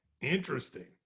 Interesting